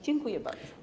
Dziękuję bardzo.